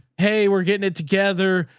hey, we're getting it together.